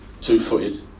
Two-footed